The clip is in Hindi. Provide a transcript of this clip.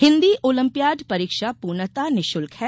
हिन्दी ओलंपियाड परीक्षा पूर्णतः निःशुल्क है